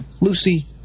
Lucy